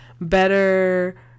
Better